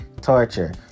torture